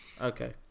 Okay